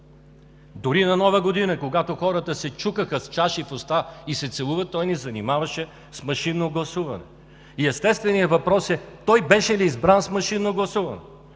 Дори на Нова година, когато хората се чукаха с чаши в ръка и се целуват, той ни занимаваше с машинно гласуване. Естественият въпрос е: той беше ли избран с машинно гласуване?